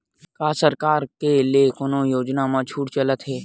का सरकार के ले कोनो योजना म छुट चलत हे?